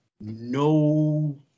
no